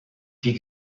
die